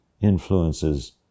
influences